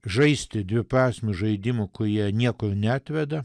žaisti dviprasmių žaidimų kurie niekur neatveda